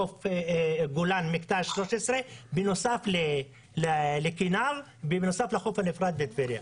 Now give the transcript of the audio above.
חוף גולן --- בנוסף לכינר ובנוסף לחוף הנפרד בטבריה.